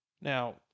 Now